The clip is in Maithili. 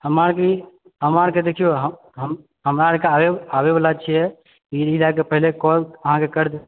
हमार गलि हमरा आरके देखिऔ हम हम हमरा आर के आब आबै बला छिऐ ई रायके कौल अहाँकेँ पहिले कर देब